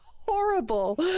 Horrible